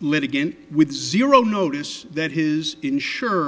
litigant with zero notice that his insure